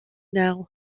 now